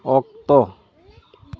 ᱚᱠᱛᱚ